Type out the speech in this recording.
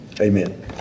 Amen